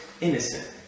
innocent